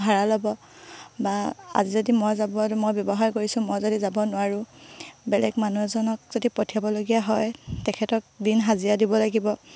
ভাড়া ল'ব বা আজি যদি মই যাব মই ব্যৱহাৰ কৰিছোঁ মই যদি যাব নোৱাৰোঁ বেলেগ মানুহ এজনক যদি পঠিয়াবলগীয়া হয় তেখেতক দিন হাজিৰা দিব লাগিব